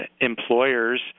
employers